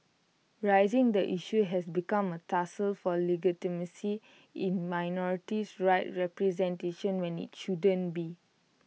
raising the issue has become A tussle for legitimacy in minority rights representation when IT shouldn't be